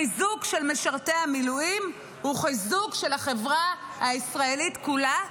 חיזוק של משרתי המילואים הוא חיזוק של החברה הישראלית כולה,